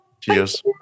Cheers